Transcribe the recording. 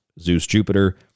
Zeus-Jupiter